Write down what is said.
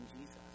Jesus